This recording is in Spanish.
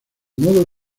modo